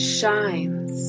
shines